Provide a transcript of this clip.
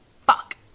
Fuck